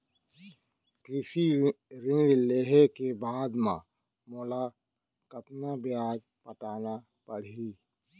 कृषि ऋण लेहे के बाद म मोला कतना ब्याज पटाना पड़ही?